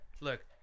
look